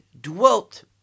dwelt